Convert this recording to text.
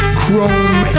chrome